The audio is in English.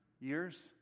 years